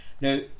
now